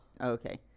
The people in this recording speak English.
Okay